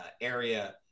area